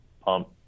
pump